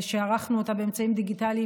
שערכנו אותה באמצעים דיגיטליים,